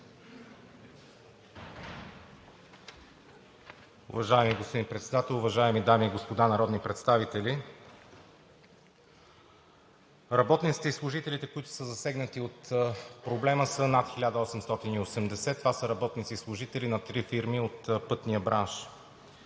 Уважаеми господин Председател, уважаеми дами и господа народни представители! Работниците и служителите, които са засегнати от проблема, са над 1880. Това са работници и служители на три фирми от пътния бранш.